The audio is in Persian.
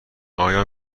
آیا